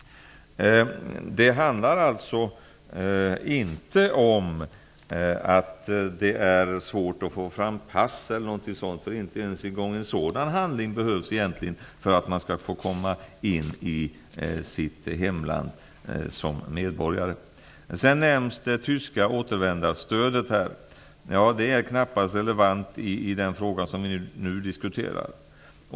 Det handlar alltså inte om att det är svårt att få pass eller något sådant. Inte ens en gång en sådan handling behövs för att man skall få komma in i sitt hemland som medborgare. Det tyska återvändandestödet nämndes. Det är knappast relevant i den fråga som vi nu diskuterar.